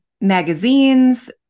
magazines